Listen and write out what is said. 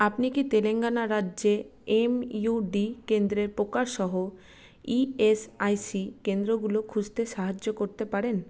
আপনি কি তেলেঙ্গানা রাজ্যে এম ইউ ডি কেন্দ্রের প্রকারসহ ই এস আই সি কেন্দ্রগুলো খুঁজতে সাহায্য করতে পারেন